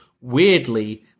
Weirdly